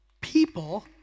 People